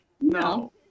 No